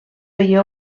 veié